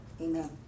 Amen